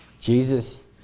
Jesus